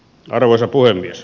arvoisa puhemies